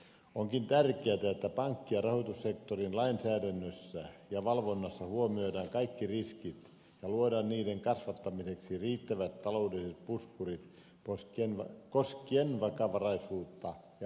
onkin tärkeätä että pankki ja rahoitussektorin lainsäädännössä ja valvonnassa huomioidaan kaikki riskit ja luodaan niiden kasvattamiseksi riittävät taloudelliset puskurit koskien vakavaraisuutta ja likviditeettiä